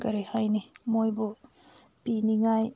ꯀꯔꯤ ꯍꯥꯏꯅꯤ ꯃꯣꯏꯕꯨ ꯄꯤꯅꯤꯡꯉꯥꯏ